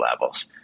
levels